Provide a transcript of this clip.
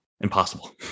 impossible